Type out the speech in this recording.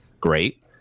great